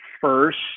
first